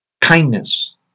Kindness